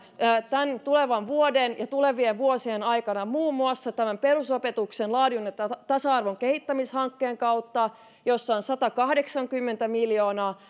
tämän tulevan vuoden ja tulevien vuosien aikana muun muassa tämän perusopetuksen laadun ja tasa arvon kehittämishankkeen kautta jossa on satakahdeksankymmentä miljoonaa